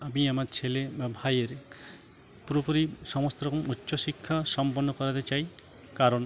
আমি আমার ছেলে বা ভাইয়ের পুরোপুরি সমস্ত রকম উচ্চ শিক্ষা সম্পন্ন করাতে চাই কারণ